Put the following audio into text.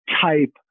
type